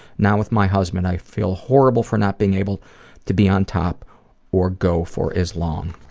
now with my husband i feel horrible for not being able to be on top or go for as long.